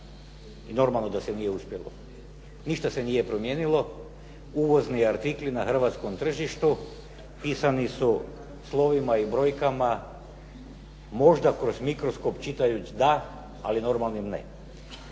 I normalno da se nije uspjelo. Ništa se nije promijenilo. Uvozni artikli na hrvatskom tržištu pisani su slovima i brojkama možda kroz mikroskop čitajući da, ali normalnim ne.